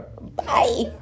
Bye